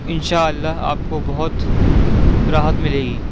ان شاء اللہ آپ کو بہت راحت ملے گی